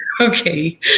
okay